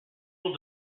will